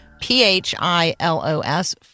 P-H-I-L-O-S